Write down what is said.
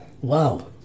Wow